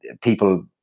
people